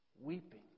Weeping